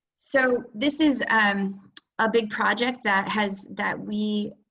so this is a big project that has that we,